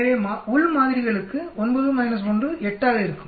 எனவே மாதிரிகளுக்கு உள் 9 1 8 ஆக இருக்கும்